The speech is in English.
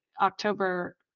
October